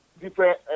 different